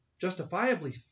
justifiably